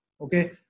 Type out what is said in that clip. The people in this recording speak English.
Okay